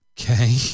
Okay